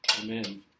Amen